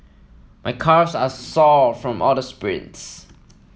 my calves are sore from all the sprints